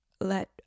let